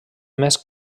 més